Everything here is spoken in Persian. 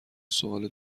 سوال